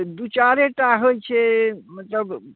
दू चारेटा होइत छै मतलब